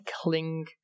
cling